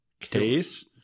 case